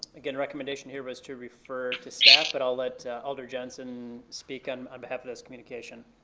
again, recommendation here was to refer to staff, but i'll let alder johnson speak and on behalf of this communication.